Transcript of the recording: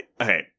Okay